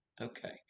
Okay